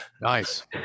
nice